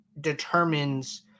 determines –